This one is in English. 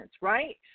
right